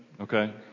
okay